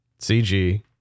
CG